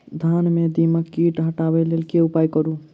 धान सँ दीमक कीट हटाबै लेल केँ उपाय करु?